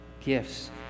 gifts